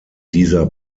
dieser